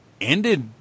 ended